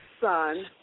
son